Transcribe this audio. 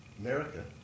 America